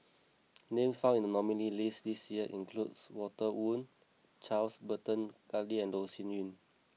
names found in the nominees list this year include Walter Woon Charles Burton Buckley and Loh Sin Yun